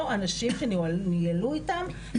או אנשים שניהלו איתם מערכת יחסים.